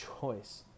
choice